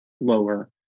lower